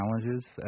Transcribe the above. challenges